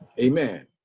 Amen